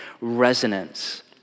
resonance